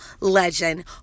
legend